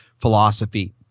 philosophy